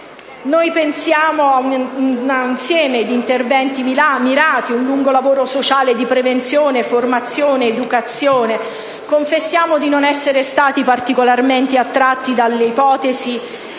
Noi pensiamo ad un insieme di interventi mirati, con un lungo lavoro sociale di prevenzione, formazione ed educazione. Confessiamo di non essere stati particolarmente attratti dall'ipotesi